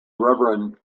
reverend